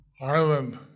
Island